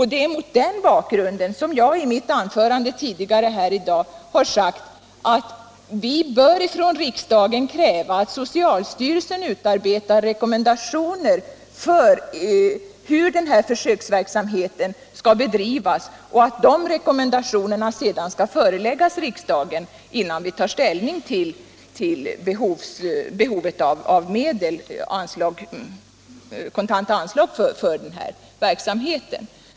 Det är mot den bakgrunden som jag tidigare här i dag har sagt att riksdagen bör kräva att socialstyrelsen utarbetar rekommendationer för hur försöksverksamheten skall bedrivas och att de rekommendationerna skall föreläggas riksdagen innan vi tar ställning till behovet av anslag för denna verksamhet.